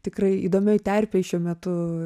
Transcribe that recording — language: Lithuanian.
tikrai įdomioj terpėj šiuo metu